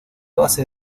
base